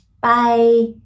Bye